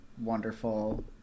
wonderful